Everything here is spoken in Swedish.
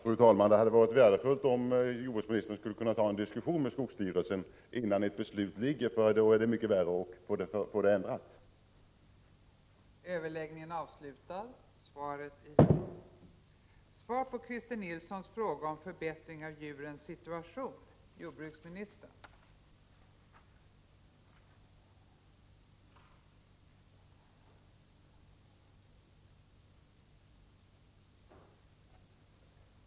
Fru talman! Det hade varit värdefullt om jordbruksministern kunnat ta en diskussion med skogsstyrelsen innan ett beslut föreligger — det är värre att få ett beslut ändrat sedan.